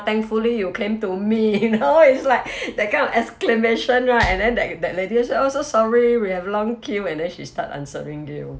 thankfully you came to me you know it's like that kind of exclamation right and then that that lady oh so sorry we have long queue and then she start answering to you